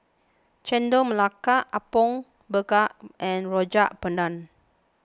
Chendol Melaka Apom Berkuah and Rojak Bandung